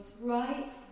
right